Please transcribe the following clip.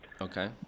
Okay